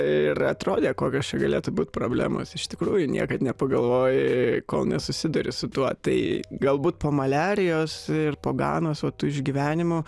ir atrodė kokios čia galėtų būt problemos iš tikrųjų niekad nepagalvoji kol nesusiduri su tuo tai galbūt po maliarijos ir po ganos va tų išgyvenimų